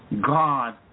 god